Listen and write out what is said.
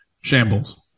shambles